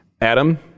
Adam